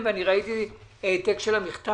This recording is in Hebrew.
אבל לפני כן יש לנו הצעות לסדר של שני חברים,